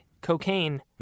cocaine